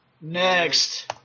Next